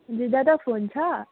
हजुर दादा फोन छ